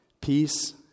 Peace